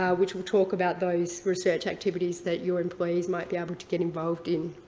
ah which will talk about those research activities that your employees might be able to get involved in.